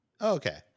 Okay